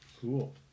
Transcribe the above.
cool